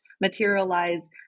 materialize